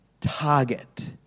target